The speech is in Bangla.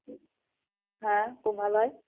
হুম হ্যাঁ খুব ভালো হয়